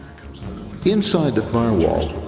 inside the firewall,